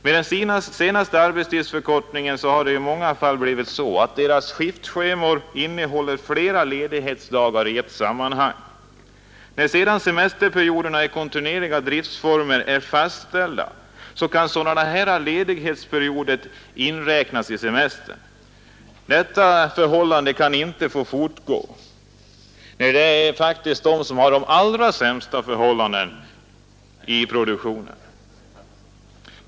Den senaste arbetstidsförkortningen har i många fall medfört att deras skiftschema innehåller flera ledighetsdagar i ett sammanhang. När sedan semesterperioderna i kontinuerliga driftsformer är fastställda, kan flera sådana ledighetsperioder inräknas i semestern. Detta förhållande kan inte få fortgå. De som har de allra sämsta förhållandena i produktionen skall inte också ha de sämsta semesterförmånerna.